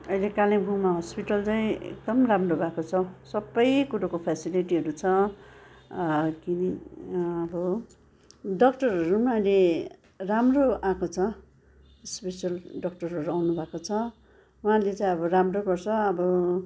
अहिले कालिम्पोङमा हस्पिटल चाहिँ एकदम राम्रो भएको छ हौ सबै कुरोको फेसिलिटीहरू छ भन्दाखेरि अब डक्टरहरू पनि अहिले राम्रो आएको छ स्पेसियल डक्टरहरू आउनु भएको छ उहाँले चाहिँ अब राम्रो गर्छ अब